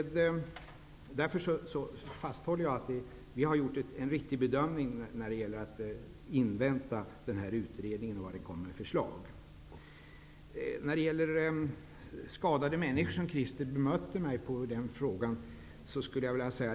Därför håller jag fast vid att det är en bedömning att invänta utredningens förslag. Christer Windén bemöter mig i frågan om skadade människor.